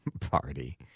party